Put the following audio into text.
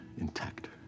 intact